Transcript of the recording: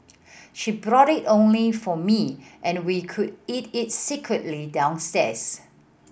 she brought it only for me and we would eat it secretly downstairs